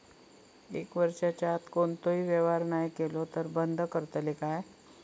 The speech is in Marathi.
एक वर्षाच्या आत कोणतोही व्यवहार नाय केलो तर ता बंद करतले काय?